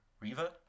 Riva